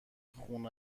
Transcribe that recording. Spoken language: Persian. خون